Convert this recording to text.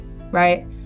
right